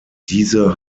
diese